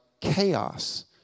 chaos